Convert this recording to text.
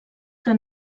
que